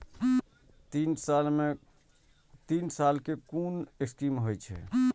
तीन साल कै कुन स्कीम होय छै?